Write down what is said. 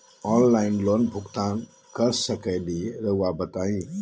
Online loan भुगतान कर सकेला राउआ बताई?